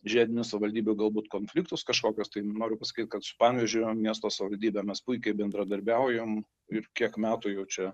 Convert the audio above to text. žiedinių savaldybių galbūt konfliktus kažkokios tai noriu pasakyt kad su panevėžio miesto savaldybe mes puikiai bendradarbiaujam ir kiek metų jau čia